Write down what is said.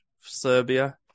Serbia